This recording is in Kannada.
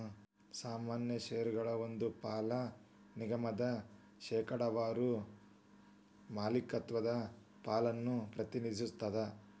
ಸಾಮಾನ್ಯ ಷೇರಗಳ ಒಂದ್ ಪಾಲ ನಿಗಮದ ಶೇಕಡಾವಾರ ಮಾಲೇಕತ್ವದ ಪಾಲನ್ನ ಪ್ರತಿನಿಧಿಸ್ತದ